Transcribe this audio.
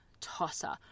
tosser